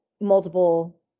multiple